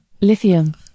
Lithium